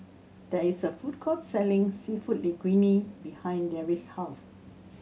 there is a food court selling Seafood Linguine behind Darry's house